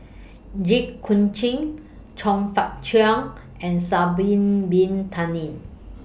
Jit Koon Ch'ng Chong Fah Cheong and Sha'Ari Bin Tadin